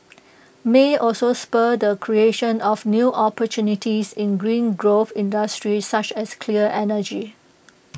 may also spur the creation of new opportunities in green growth industries such as cleaner energy